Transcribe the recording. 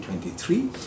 2023